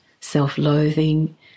self-loathing